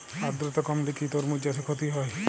আদ্রর্তা কমলে কি তরমুজ চাষে ক্ষতি হয়?